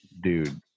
Dude